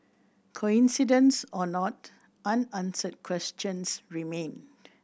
coincidence or not unanswered questions remain